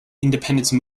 independence